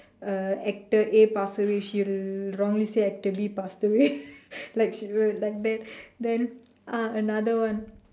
uh actor A pass away she will wrongly say actor B passed away like she will like that then ah another one